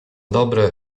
dobre